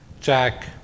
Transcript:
jack